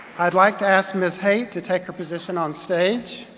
i'd like to ask ms. haite to take her position onstage,